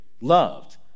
loved